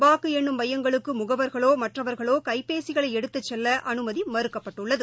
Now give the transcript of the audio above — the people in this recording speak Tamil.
வாக்குஎண்ணும் மையங்களுக்குமுகவர்களோ மற்றவர்களோகைபேசிகளைஎடுத்துசெல்லஅனுமதிமறுக்கப்பட்டுள்ளது